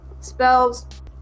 spells